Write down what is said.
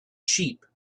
sheep